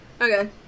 Okay